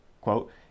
quote